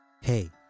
Hey